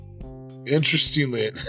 Interestingly